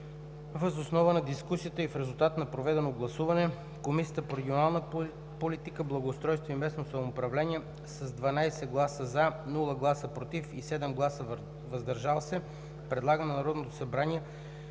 Въз основа на дискусията и в резултат на проведеното гласуване Комисията по регионална политика, благоустройство и местно самоуправление с 12 гласа „за“, без „против“ и 7 гласа „въздържал се“ предлага на Народното събрание